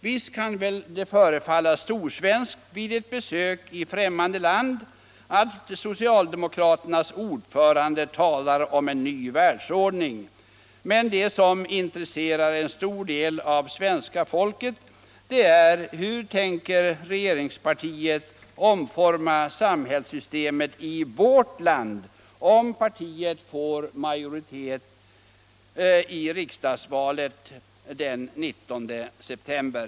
Visst kan det väl förefalla storsvenskt vid besök i främmande land att socialdemokraternas ordförande talar om en ny världsordning, men det som intresserar en stor del av svenska folket är hur regeringspartiet vill ha och tänker omforma samhällssystemet i vårt land, om partiet får majoritet i riksdagen vid valet den 19 september.